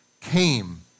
came